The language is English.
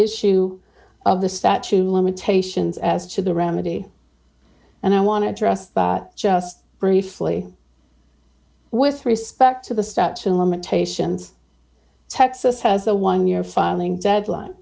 issue of the statute of limitations as to the remedy and i want to address just briefly with respect to the statute of limitations texas has a one year filing deadline